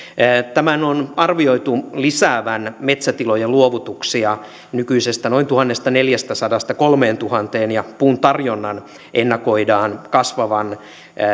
tämän on arvioitu lisäävän metsätilojen luovutuksia nykyisestä noin tuhannestaneljästäsadasta kolmeentuhanteen ja puun tarjonnan ennakoidaan kasvavan